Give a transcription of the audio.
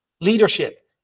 leadership